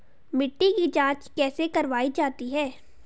मिट्टी की जाँच कैसे करवायी जाती है?